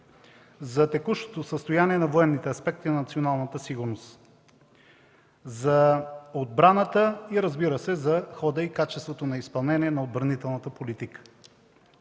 за текущото състояние на военните аспекти на националната сигурност, за отбраната и за хода и качеството на отбранителната политика.